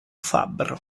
fabbro